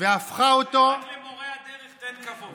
והפכה אותו, רק למורי הדרך תן כבוד.